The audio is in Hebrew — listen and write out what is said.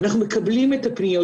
אנחנו מקבלים את הפניות,